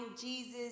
Jesus